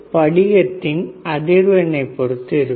இது படிகத்தின் அதிர்வெண்ணை பொறுத்து இருக்கும்